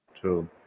True